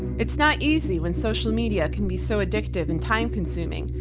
it's not easy when social media can be so addictive and time consuming,